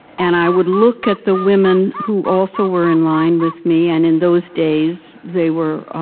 and i would look at the women who also were in line with me and in those days, they were,